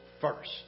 first